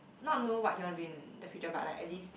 not know what you wanna win the future but at least